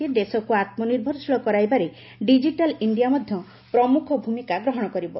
ସେ କହିଛନ୍ତି ଦେଶକୁ ଆତ୍ମନିର୍ଭରଶୀଳ କରାଇବାରେ ଡିଜିଟାଲ ଇଣ୍ଡିଆ ମଧ୍ୟ ପ୍ରମୁଖ ଭୂମିକା ଗ୍ରହଣ କରିବ